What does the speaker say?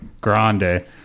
Grande